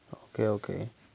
okay okay